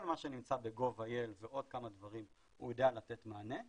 כל מה שנמצא ב-gov.il ועוד כמה דברים הוא יודע לתת מענה.